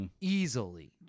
easily